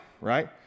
right